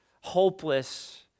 hopeless